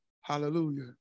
Hallelujah